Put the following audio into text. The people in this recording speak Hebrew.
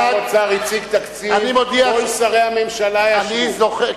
שר אוצר הציג תקציב, כל שרי הממשלה ישבו.